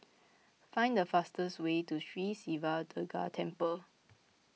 find the fastest way to Sri Siva Durga Temple